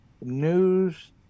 News